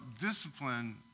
discipline